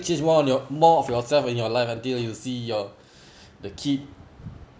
which is more on your more of yourself and your life until you see your the kid